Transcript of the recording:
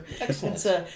Excellent